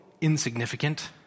insignificant